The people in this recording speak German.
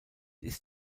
ist